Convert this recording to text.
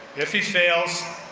if he fails,